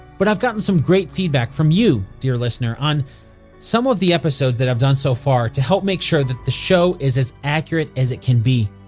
but i've gotten some great feedback from you, dear listener, on some of the episodes i've done so far to help make sure the the show is as accurate as it can be.